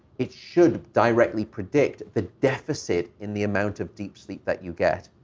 it should directly predict the deficit in the amount of deep sleep that you get?